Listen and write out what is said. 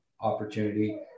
opportunity